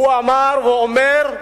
אמר ואומר: